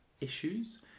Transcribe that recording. issues